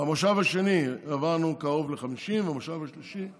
במושב השני העברנו קרוב ל-50 ובמושב השלישי,